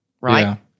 right